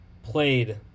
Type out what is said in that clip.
played